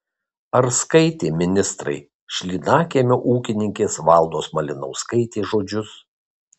ar skaitė ministrai šlynakiemio ūkininkės valdos malinauskaitės žodžius